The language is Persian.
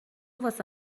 واسه